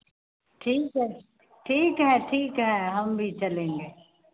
ठीक है ठीक है ठीक है हम भी चलेंगे